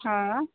हा